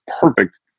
perfect